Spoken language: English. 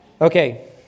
okay